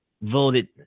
voted